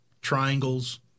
triangles